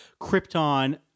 Krypton